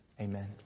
Amen